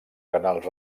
canals